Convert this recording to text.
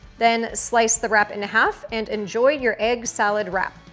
then, slice the wrap in half and enjoy your egg salad wrap.